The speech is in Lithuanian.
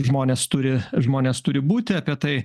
žmonės turi žmonės turi būti apie tai